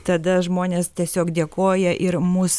tada žmonės tiesiog dėkoja ir mus